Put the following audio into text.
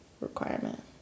requirement